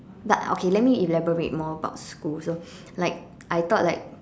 but okay let me elaborate more about school so like I thought like